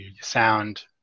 sound